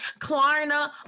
Klarna